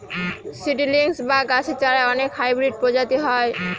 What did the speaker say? seedlings বা গাছের চারার অনেক হাইব্রিড প্রজাতি হয়